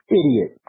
idiot